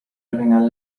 على